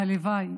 והלוואי